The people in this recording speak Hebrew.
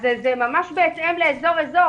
אז זה ממש זה ממש בהתאם לכול אזור.